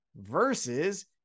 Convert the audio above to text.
versus